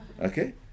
Okay